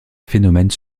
phénomène